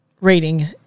rating